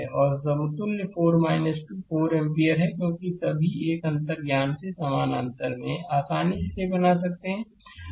और समतुल्य 4 2 2 एम्पीयर है क्योंकि सभी एक अंतर्ज्ञान से समानांतर में हैं आसानी से इसे बना सकते हैं